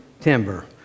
timber